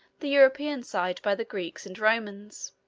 the european side by the greeks and romans.